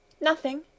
Nothing